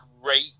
great